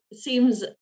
seems